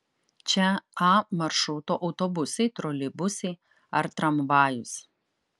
čia a maršruto autobusai troleibusai ar tramvajus